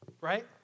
right